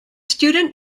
student